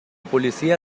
policía